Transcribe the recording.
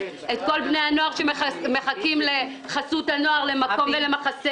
את כל בני הנוער שמחכים לחסות הנוער ולמחסה,